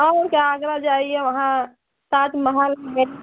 और क्या आगरा जाइए वहाँ ताज महल है